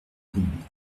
commune